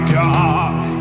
dark